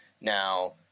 Now